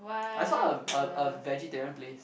I saw a a a vegetarian place